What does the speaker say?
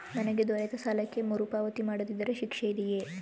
ನನಗೆ ದೊರೆತ ಸಾಲಕ್ಕೆ ಮರುಪಾವತಿ ಮಾಡದಿದ್ದರೆ ಶಿಕ್ಷೆ ಇದೆಯೇ?